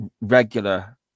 regular